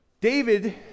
David